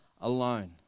alone